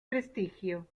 prestigio